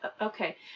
okay